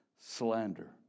slander